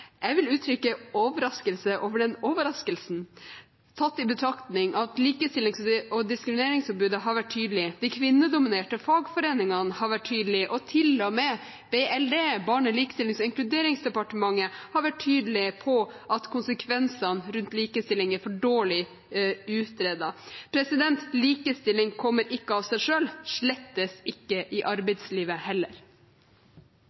Jeg vil uttrykke overraskelse over den overraskelsen, tatt i betraktning at Likestillings- og diskrimineringsombudet har vært tydelig på, de kvinnedominerte fagforeningene har vært tydelige på – og til og med BLD, Barne-, likestillings- og inkluderingsdepartementet, har vært tydelig på – at konsekvensene rundt likestilling er for dårlig utredet. Likestilling kommer ikke av seg selv, slettes ikke i arbeidslivet heller.